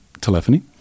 telephony